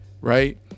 right